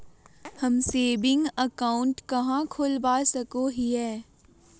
हम saving account कहाँ खोलवा सको हियै?